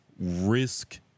risk